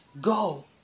go